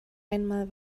einmal